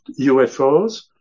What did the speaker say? UFOs